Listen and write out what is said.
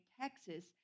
Texas